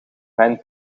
mijn